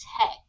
tech